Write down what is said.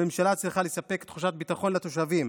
הממשלה צריכה לספק תחושת ביטחון לתושבים